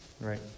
Right